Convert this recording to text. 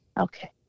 Okay